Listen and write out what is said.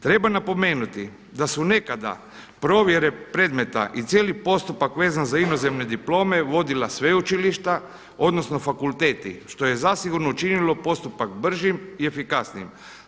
Treba napomenuti da su nekada provjere predmeta i cijeli postupak vezan za inozemne diplome vodila sveučilišta, odnosno fakulteti što je zasigurno učinilo postupak bržim i efikasnijim.